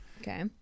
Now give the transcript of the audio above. Okay